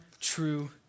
True